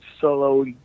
solo